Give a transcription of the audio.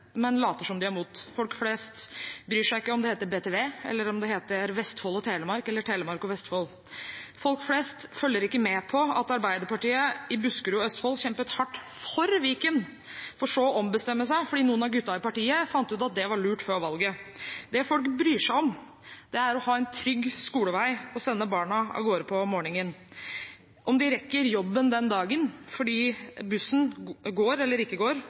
men later som om de er imot. Folk flest bryr seg ikke om det heter «BTV», eller om det heter «Vestfold og Telemark» eller «Telemark og Vestfold». Folk flest følger ikke med på at Arbeiderpartiet i Buskerud og Østfold kjempet hardt for Viken, for så å ombestemme seg, fordi noen av gutta i partiet fant ut at det var lurt før valget. Det folk bryr seg om, er å ha en trygg skolevei å sende barna av gårde på om morgenen, om de rekker jobben den dagen fordi bussen går, eller ikke går,